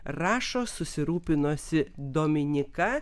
rašo susirūpinusi dominyka